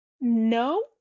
No